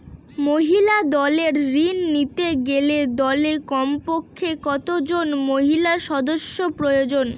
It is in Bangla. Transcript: মহিলা দলের ঋণ নিতে গেলে দলে কমপক্ষে কত জন মহিলা সদস্য প্রয়োজন?